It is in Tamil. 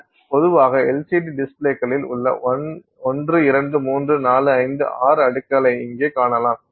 பொதுவாக LCD டிஸ்ப்ளேக்களில் உள்ள 1 2 3 4 5 6 அடுக்குகளை இங்கே காணலாம்